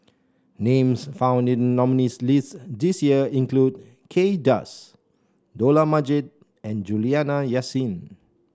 names found in nominees' list this year include Kay Das Dollah Majid and Juliana Yasin